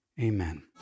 amen